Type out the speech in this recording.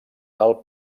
del